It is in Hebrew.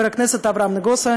חבר הכנסת ד"ר אברהם נגוסה,